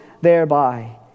thereby